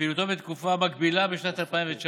לפעילותו בתקופה המקבילה בשנת 2019